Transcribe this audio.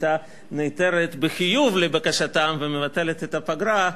היתה נעתרת בחיוב לבקשתם ומבטלת את הפגרה.